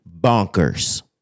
bonkers